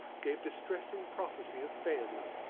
gave distressing prophecy of failure.